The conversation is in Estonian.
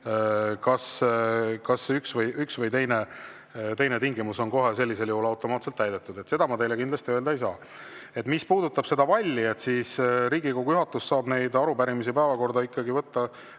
kas üks või teine tingimus on sellisel juhul automaatselt täidetud. Seda ma teile kindlasti öelda ei saa. Mis puudutab seda valli, siis Riigikogu juhatus saab arupärimisi päevakorda ikkagi võtta